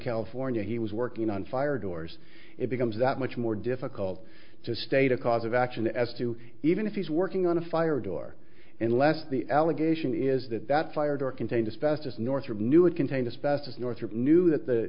california he was working on fire doors it becomes that much more difficult to state a cause of action as to even if he's working on a fire door unless the allegation is that that fire contained it's best as northrup knew it contained as best as northrup knew that the